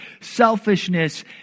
selfishness